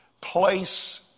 place